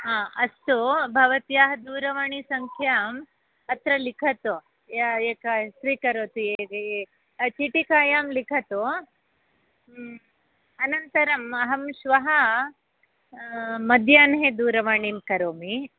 हा अस्तु भवत्याः दूरवाणीसङ्ख्याम् अत्र लिखतु एक स्वीकरोतीति चीटिकायां लिखतु अनन्तरम् अहं श्वः मध्याह्ने दूरवाणीं करोमि